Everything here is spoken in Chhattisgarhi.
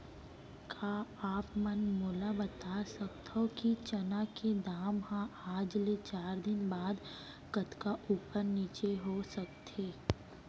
का आप मन मोला बता सकथव कि चना के दाम हा आज ले चार दिन बाद कतका ऊपर नीचे हो सकथे?